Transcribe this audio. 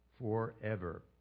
forever